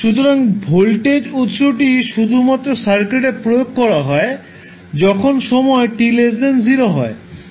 সুতরাং ভোল্টেজ উত্সটি শুধুমাত্র সার্কিটে প্রয়োগ করা হয় যখন সময় t0 হয়